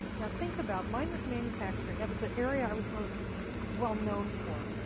now, think about mine was manufacturing, that was the area i was most well known for.